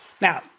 Now